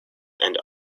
and